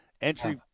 entry